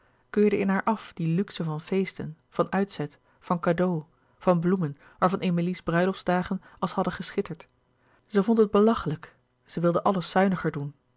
keurde in haar af die luxe van feesten van uitzet van cadeaux van bloemen waarvan emilie's bruiloftsdagen als hadden geschitterd zij vond het belachelijk zij wilde alles zuiniger doen